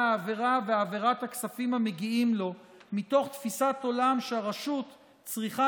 העבירה והכספים המגיעים לו מתוך תפיסת עולם שהרשות צריכה